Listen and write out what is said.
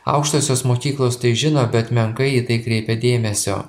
aukštosios mokyklos tai žino bet menkai į tai kreipia dėmesio